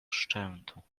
szczętu